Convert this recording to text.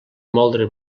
moldre